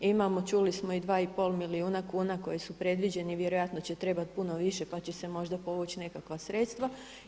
Imamo čuli smo i dva i pol milijuna kuna koji su predviđeni, vjerojatno će trebati puno više, pa će se možda povući nekakva sredstva.